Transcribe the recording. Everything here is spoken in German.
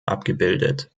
abgebildet